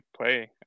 play